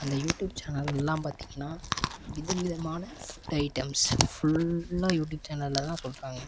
அந்த யூடியூப் சேனலெலாம் பார்த்தீங்கன்னா விதவிதமான ஃபுட் ஐட்டம்ஸ் ஃபுல்லாக யூடியூப் சேனலில்தான் சொல்கிறாங்க